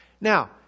Now